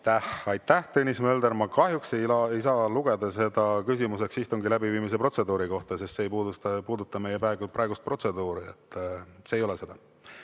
Aitäh, Tõnis Mölder! Ma kahjuks ei saa lugeda seda küsimuseks istungi läbiviimise protseduuri kohta, sest see ei puuduta meie praegust protseduuri. See ei ole seda.